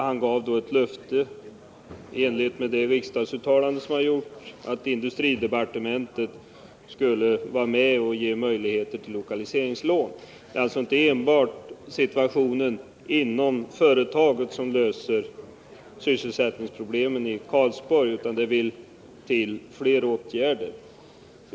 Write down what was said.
Han gav då ett löfte i enlighet med det riksdagsuttalande som har gjorts, att industridepartementet skulle ge möjligheter till lokaliseringslån. Det är alltså inte enbart situationen inom företaget som är avgörande för sysselsättningsproblemen i Karlsborg — det vill till fler åtgärder.